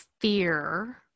fear